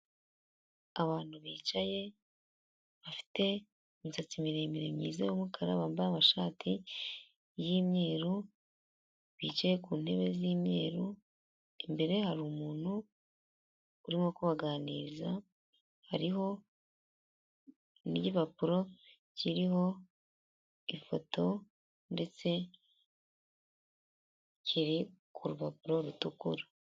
Abantu bicaye bafite imisatsi miremire myiza y'umukara, bambaye amashati y'imyeru, bicaye ku ntebe z'imyeru, imbere hari umuntu urimo kubaganiriza, hariho n'igipapuro kiriho ifoto ndetse kiri ku rupapuro rutukura.